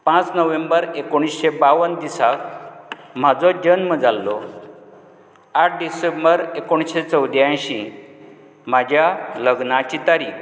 पांच नोव्हेंबर एकोणीशें बावन दिसाक म्हाजो जन्म जाल्लो आठ डिसेंबर एकोणीशें चवद्यायंशीं माज्या लगन्नाची तारीक